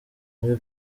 muri